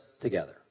together